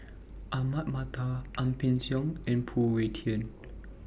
Ahmad Mattar Ang Peng Siong and Phoon Yew Tien